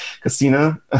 casino